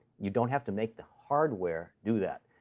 you don't have to make the hardware do that.